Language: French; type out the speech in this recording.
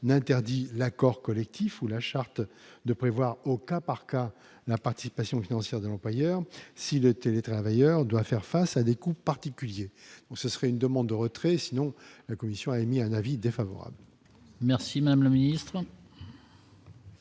n'interdit l'accord collectif où la charte de prévoir au cas par cas n'a participation financière de l'employeur si le télétravailleur doit faire face à des coûts particulier, ce serait une demande de retrait sinon la commission a émis un avis défavorable. Merci madame la ministre.